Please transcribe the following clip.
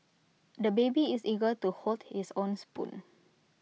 the baby is eager to hold his own spoon